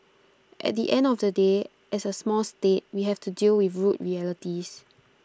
at the end of the day as A small state we have to deal with rude realities